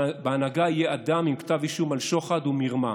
שבהנהגה יהיה אדם עם כתב אישום על שוחד ומרמה,